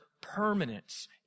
permanence